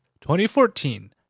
2014